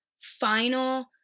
final